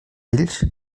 ells